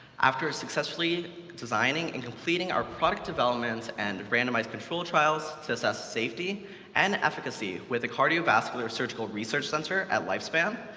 after successfully designing and completing our product developments and randomized control trials to assess safety and efficacy with the cardiovascular surgical research sensor at lifespan,